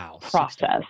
process